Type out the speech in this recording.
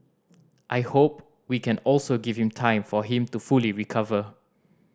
I hope we can also give him time for him to fully recover